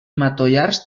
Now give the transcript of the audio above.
matollars